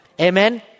Amen